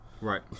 Right